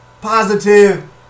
positive